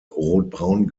rotbraun